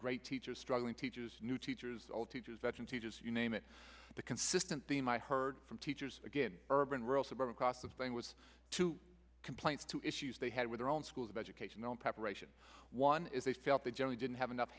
great teachers struggling teachers new teachers all teachers veteran teachers you name it the consistent theme i heard from teachers again urban rural suburban cost of thing was two complaints two issues they had with their own schools of education on preparation one is they felt that joey didn't have enough